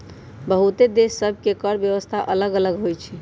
बहुते देश सभ के कर व्यवस्था अल्लग अल्लग होई छै